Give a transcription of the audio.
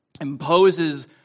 imposes